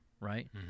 right